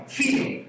feel